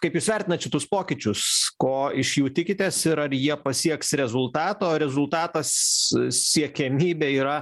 kaip jūs vertinat šituos pokyčius ko iš jų tikitės ir ar jie pasieks rezultatą o rezultatas siekiamybė yra